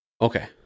Okay